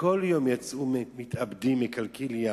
כל יום יצאו מתאבדים מקלקיליה,